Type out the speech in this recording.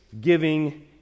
giving